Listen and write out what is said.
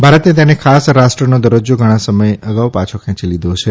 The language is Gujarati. ભારતે તેને ખાસ રાષ્ટ્રનો દરજ્જા ઘણા સમય અગાઉ પાછો ખેંચી લીધો છે